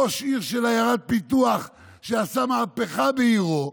ראש העיר של עיירת פיתוח שעשה מהפכה בעירו,